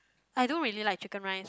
I don't really like chicken rice